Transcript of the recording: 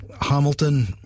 Hamilton